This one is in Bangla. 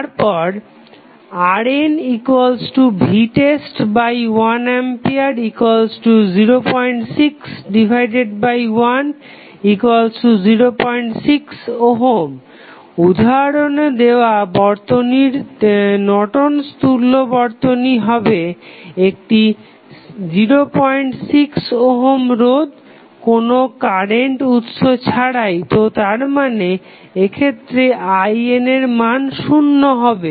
তারপর RNvtest1A06106 উদাহরণে দেওয়া বর্তনীর নর্টন'স তুল্য Nortons equivalent বর্তনী হবে একটি 06 ওহম রোধ কোনো কারেন্ট উৎস ছাড়াই তো তারমানে এক্ষেত্রে IN এর মান শুন্য হবে